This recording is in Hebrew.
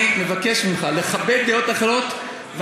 אני מבקש ממך לכבד דעות אחרות,